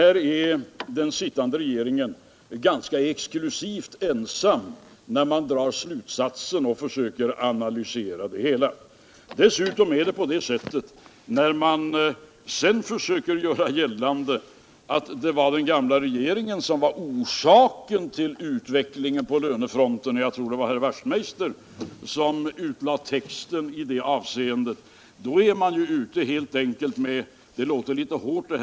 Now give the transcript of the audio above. Här är den sittande regeringen ganska exklusivt ensam, när man drar slutsatsen och försöker analysera problemet. När man sedan försöker göra gällande att det var den gamla regeringen som var orsaken till utvecklingen på lönefronten — jag tror det var Knut Wachtmeister som där lade ut texten — så är det helt enkelt en klart lögnaktig framställningskonst.